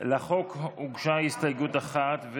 לחוק הוגשה הסתייגות אחת.